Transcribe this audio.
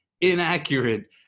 inaccurate